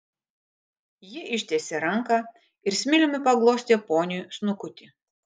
ji ištiesė ranką ir smiliumi paglostė poniui snukutį